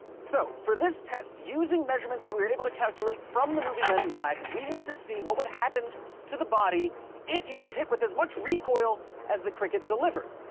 so, for this test, using measurements that we were able to calculate from the movie men in black, we want to see what would happen to the body if you were hit with as much recoil as the cricket delivers.